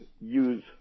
use